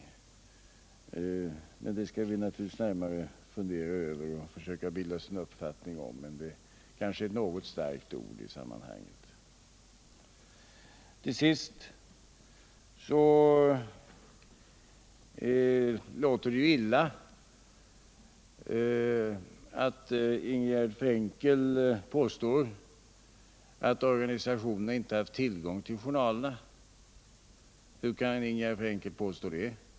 Det skall vi naturligtvis försöka bilda oss en uppfattning om, men det är kanske ett något starkt ord i sammanhanget. Till sist: det låter ju illa att organisationerna inte haft tillgång till journalerna. Hur kan Ingegärd Frenkel påstå det?